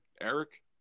Eric